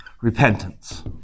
repentance